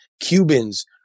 Cubans